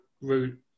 route